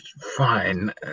Fine